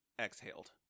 exhaled